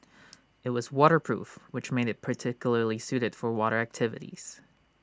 IT was waterproof which made IT particularly suited for water activities